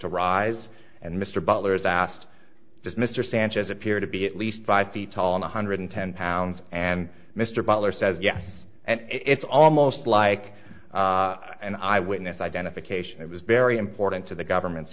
to rise and mr butler's asked does mr sanchez appear to be at least five feet tall one hundred ten pounds and mr butler says yes and it's almost like an eyewitness identification it was very important to the government's